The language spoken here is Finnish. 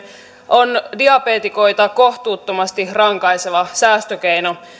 on diabeetikoita kohtuuttomasti rankaiseva säästökeino